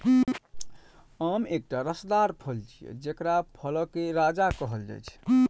आम एकटा रसदार फल छियै, जेकरा फलक राजा कहल जाइ छै